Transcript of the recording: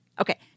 Okay